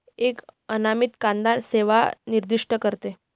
एक अनामित कांदा सेवा निर्दिष्ट करते